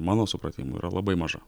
mano supratimu yra labai maža